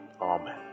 amen